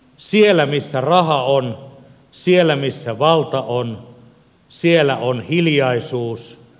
siellä missä raha on siellä missä valta on siellä on hiljaisuus